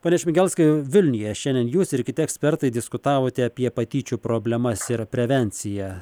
pone šmigelskai vilniuje šiandien jūs ir kiti ekspertai diskutavote apie patyčių problemas ir prevenciją